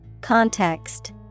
Context